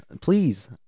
please